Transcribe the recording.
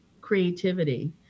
creativity